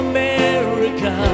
America